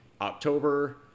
October